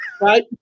right